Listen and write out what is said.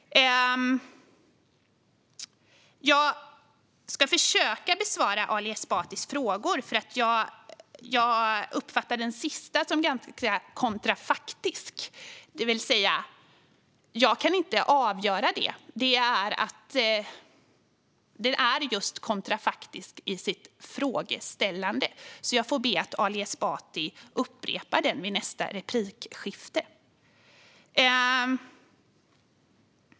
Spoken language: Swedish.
Jag ska försöka besvara Ali Esbatis frågor. Jag uppfattade nämligen den sista som ganska kontrafaktisk. Jag kan alltså inte avgöra det eftersom frågeställningen är kontrafaktisk. Jag får be Ali Esbati upprepa frågan i nästa replik.